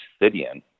obsidian